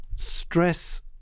stress